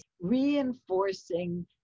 reinforcing